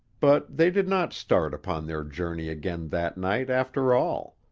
but they did not start upon their journey again that night, after all.